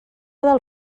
del